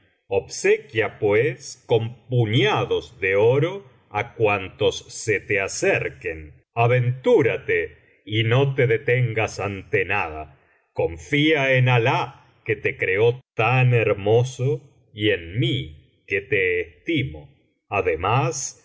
obsequia pues eon puñados de oro á cuantos se te acerquen aventúrate y no te detengas ante nada confía en alah que te creó tan hermoso y en mí que te estimo además